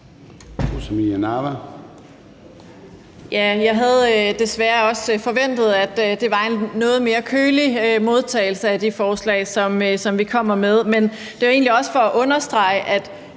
Jeg havde desværre også forventet, at det var en noget mere kølig modtagelse af de forslag, som vi kommer med. Men det er også for at understrege, at